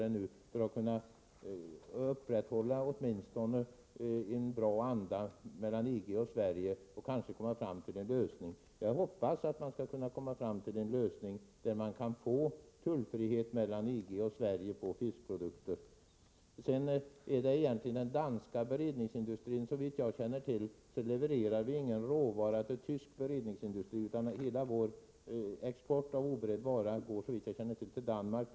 Detta har vi gjort för att kunna upprätthålla en god anda mellan EG och Sverige och kanske få en lösning. Jag hoppas man kan komma fram till en lösning som ger tullfrihet mellan EG och Sverige på fiskprodukter. skydda den svenska fiskerinäringen Såvitt jag känner till levererar vi ingen råvara till tysk beredningsindustri. Hela vår export av oberedd vara går till Danmark.